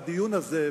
הדיון הזה,